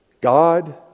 God